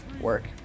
work